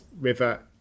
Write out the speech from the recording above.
River